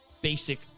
basic